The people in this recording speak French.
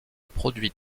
produits